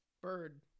Bird